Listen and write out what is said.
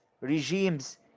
regimes